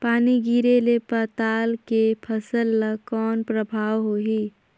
पानी गिरे ले पताल के फसल ल कौन प्रभाव होही?